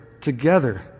together